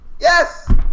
Yes